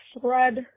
thread